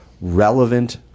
relevant